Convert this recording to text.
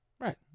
right